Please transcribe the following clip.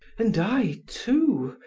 and i, too,